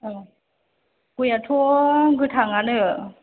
औ गयआथ' गोथाङानो